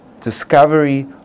discovery